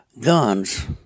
guns